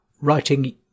writing